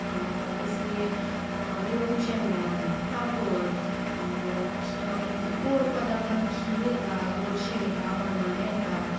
कसलें लोणचें म्हण पापड गोड पदार्थान खीर येता गोडशें येता मणगणें येता